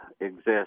exist